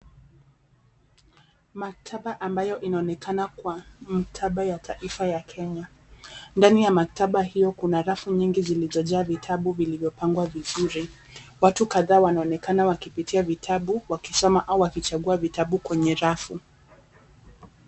Maktaba ambayo inaonekana kuwa maktaba ya taifa ya Kenya. Ndani ya maktaba hiyo kuna rafu nyingi zilizojaa vitabu vilivyopangwa vizuri, watu kadhaa wanaonekana wakipitia vitabu wakisoma au wakichagua vitabu kwenye rafu.